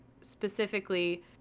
specifically